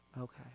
Okay